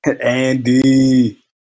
Andy